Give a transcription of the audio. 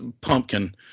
pumpkin